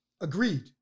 agreed